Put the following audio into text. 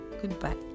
Goodbye